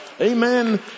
Amen